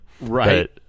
right